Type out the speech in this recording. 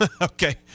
Okay